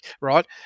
right